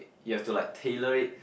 you have to like tailor it